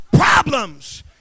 problems